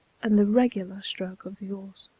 and the regular stroke of the oars.